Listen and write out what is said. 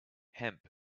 hemp